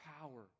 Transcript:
power